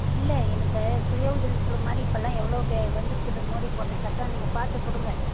இல்லை எனக்கு சுயஉதவிக்குழு மாதிரி இப்பெல்லாம் எவ்வளோ பே வந்திருக்குது மோடி போட்ட சட்டம் நீங்கள் பார்த்து கொடுங்க